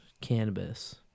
cannabis